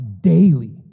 daily